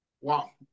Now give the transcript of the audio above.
Wow